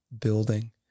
building